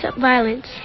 Violence